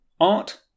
art